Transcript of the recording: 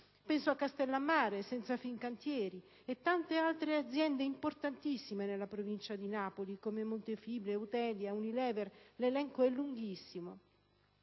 penso a Castellammare di Stabia senza Fincantieri, e a tante altre aziende importantissime nella provincia di Napoli, come Montefibre, Eutelia, Unilever: l'elenco è lunghissimo.